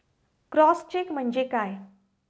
Cross check म्हणजे काय?